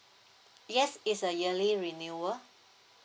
yes it's a yearly renewal